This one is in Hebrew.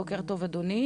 בוקר טוב אדוני,